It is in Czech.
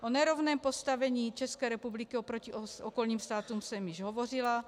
O nerovném postavení České republiky oproti okolním státům jsem již hovořila.